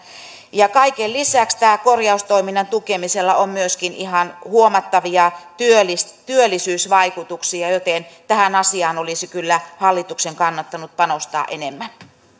kaiken lisäksi tällä korjaustoiminnan tukemisella on myöskin ihan huomattavia työllisyysvaikutuksia joten tähän asiaan olisi kyllä hallituksen kannattanut panostaa enemmän